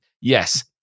Yes